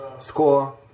Score